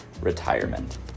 retirement